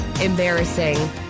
embarrassing